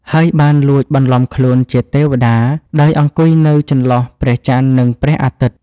ហើយបានលួចបន្លំខ្លួនជាទេវតា ដោយអង្គុយនៅចន្លោះព្រះចន្ទ និងព្រះអាទិត្យ។